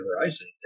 horizon